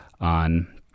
on